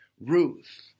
Ruth